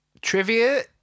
Trivia